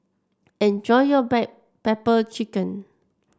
enjoy your Black Pepper Chicken